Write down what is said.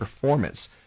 performance